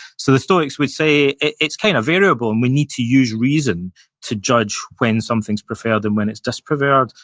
so, the stoics would say it's kind of variable, and we need to use reason to judge when something's preferred and when it's dispreferred,